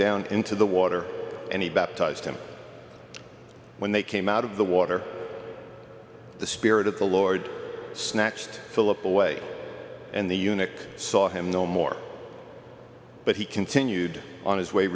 down into the water and he baptized him when they came out of the water the spirit of the lord snatched philip away and the unic saw him no more but he continued on his way